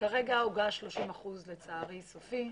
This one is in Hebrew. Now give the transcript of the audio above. הוגש 30 אחוזים וזה סופי.